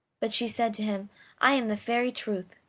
but she said to him i am the fairy truth.